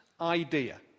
idea